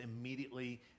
immediately